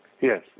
Yes